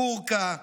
בורקה,